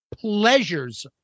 pleasures